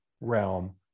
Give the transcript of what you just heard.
realm